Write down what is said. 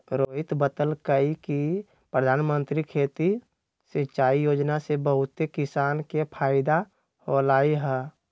रोहित बतलकई कि परधानमंत्री खेती सिंचाई योजना से बहुते किसान के फायदा होलई ह